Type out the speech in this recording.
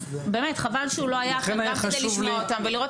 חבל שהוא לא היה כאן גם כדי לשמוע אותם ולראות